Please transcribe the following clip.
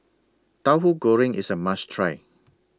Tauhu Goreng IS A must Try